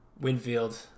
Winfield